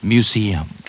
Museum